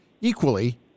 equally